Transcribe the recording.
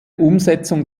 umsetzung